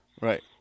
Right